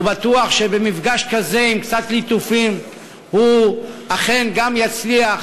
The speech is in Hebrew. הוא בטוח שבמפגש כזה עם קצת ליטופים הוא אכן גם יצליח